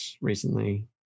recently